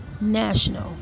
national